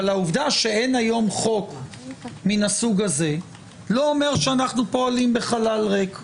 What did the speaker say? אבל העובדה שאין היום חוק מן הסוג הזה לא אומר שאנחנו פועלים בחלל ריק.